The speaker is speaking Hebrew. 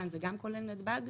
כאן זה כולל נתב"ג,